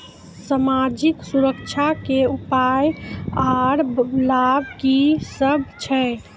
समाजिक सुरक्षा के उपाय आर लाभ की सभ छै?